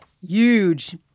huge